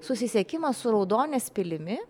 susisiekimą su raudonės pilimi